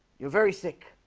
you're very sick